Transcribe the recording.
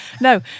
No